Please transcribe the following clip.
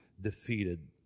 defeated